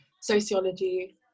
sociology